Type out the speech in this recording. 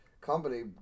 company